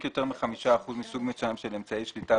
יותר מ-5 אחוזים מסוג מסוים של אמצעי שליטה